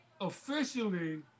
officially